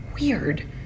weird